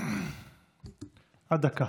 עד דקה.